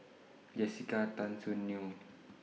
Jessica Tan Soon Neo